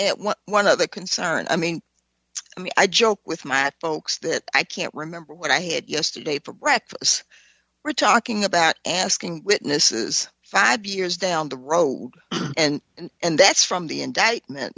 the concerns i mean i joke with my folks that i can't remember what i had yesterday for breakfast we're talking about asking witnesses five years down the road and and that's from the indictment